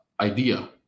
idea